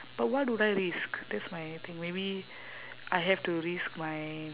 but what would I risk that's my thing maybe I have to risk my